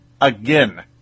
again